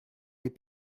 les